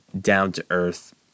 down-to-earth